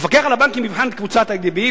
המפקח על הבנקים יבחן את קבוצת "איי.די.בי",